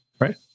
right